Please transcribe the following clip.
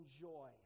joy